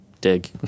dig